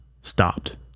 stopped